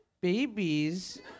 Babies